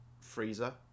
freezer